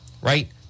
right